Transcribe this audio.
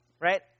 Right